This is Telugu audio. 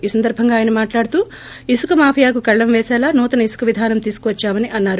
ఈ సందర్బంగా ఆయన మాట్లాడుతూ ఇసుక మాఫియాకు కళ్లెం పేసేలా నూతన ఇసుక విధానం తీసుకువచ్చామని అన్నారు